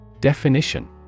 Definition